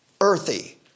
earthy